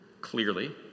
Clearly